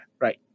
right